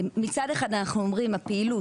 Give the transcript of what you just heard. מצד אחד אנחנו אומרים שהפעילות,